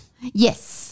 yes